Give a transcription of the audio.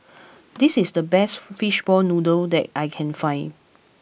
this is the best Fishball Noodle that I can find